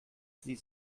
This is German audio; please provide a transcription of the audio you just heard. sie